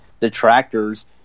detractors